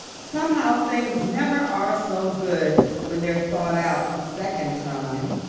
somehow, things never are so good when they're thought out a second time.